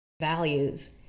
Values